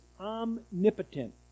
omnipotent